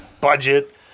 Budget